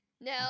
No